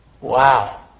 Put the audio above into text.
Wow